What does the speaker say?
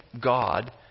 God